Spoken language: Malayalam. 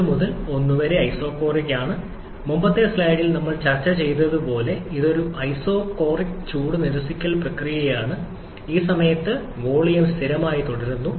4 മുതൽ 1 വരെ ഐസോകോറിക് ആണ് മുമ്പത്തെ സ്ലൈഡിൽ നമ്മൾ ചർച്ച ചെയ്തതുപോലെ ഇത് ഒരു ഐസോകോറിക് ചൂട് നിരസിക്കൽ പ്രക്രിയയാണ് ഈ സമയത്ത് വോളിയം സ്ഥിരമായി തുടരുന്നു